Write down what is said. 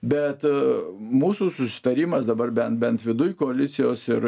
bet mūsų susitarimas dabar bent viduj koalicijos ir